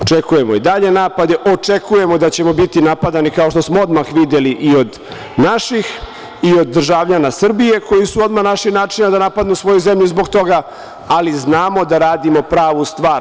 Očekujemo i dalje napade, očekujemo da ćemo biti napadani, kao što smo odmah videli i od naših i od državljana Srbije koji su odmah našli načina da napadnu svoju zemlju zbog toga, ali znamo da radimo pravu stvar.